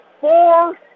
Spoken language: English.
four